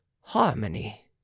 harmony